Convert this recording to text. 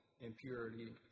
impurity